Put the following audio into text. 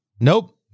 Nope